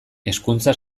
hezkuntza